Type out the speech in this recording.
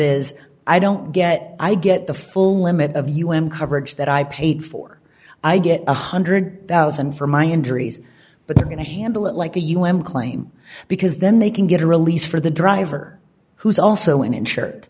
is i don't get i get the full limit of un coverage that i paid for i get one hundred thousand dollars for my injuries but they're going to handle it like the un claim because then they can get a release for the driver who is also an insured